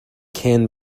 can